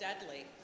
deadly